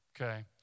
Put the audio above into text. okay